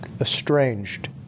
estranged